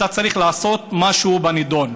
אתה צריך לעשות משהו בנדון.